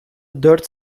dört